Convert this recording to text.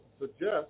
suggest